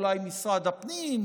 אולי משרד הפנים,